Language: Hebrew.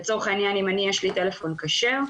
לצורך העניין אם יש לי טלפון כשר,